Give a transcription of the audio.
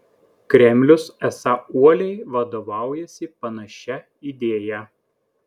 kremlius esą uoliai vadovaujasi panašia idėja